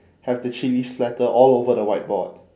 have the chilli splatter all over the whiteboard